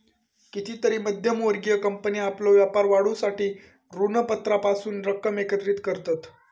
कितीतरी मध्यम वर्गीय कंपनी आपलो व्यापार वाढवूसाठी ऋणपत्रांपासून रक्कम एकत्रित करतत